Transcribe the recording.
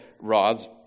rods